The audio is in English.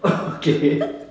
okay